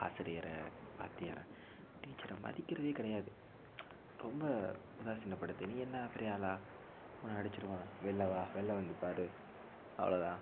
ஆசிரியரை வாத்தியாரை டீச்சரை மதிக்கின்றதே கிடையாது ரொம்ப உதாசினபடுத்தி நீ என்ன பெரிய ஆளா உன்னை அடித்திருவோம் வெளியில் வா வெளியில் வந்து பார் அவ்வளோ தான்